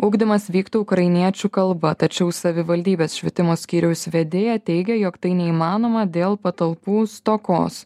ugdymas vyktų ukrainiečių kalba tačiau savivaldybės švietimo skyriaus vedėja teigia jog tai neįmanoma dėl patalpų stokos